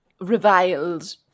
reviled